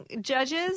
judges